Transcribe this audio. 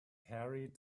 carried